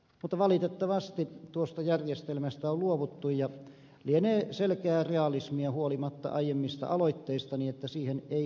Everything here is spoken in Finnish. mutta valitettavasti tuosta järjestelmästä on luovuttu ja lienee selkeää realismia huolimatta aiemmista aloitteistani että siihen ei ole enää paluuta